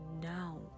now